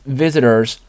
visitors